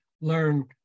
learn